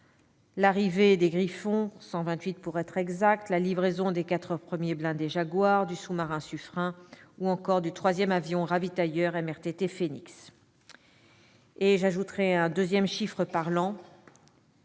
l'arrivée des Griffon, 128 pour être exacte, la livraison des quatre premiers blindés Jaguar, du sous-marin Suffren, ou encore du troisième avion ravitailleur MRTT Phénix. J'ajouterai un autre chiffre parlant